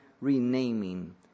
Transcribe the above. renaming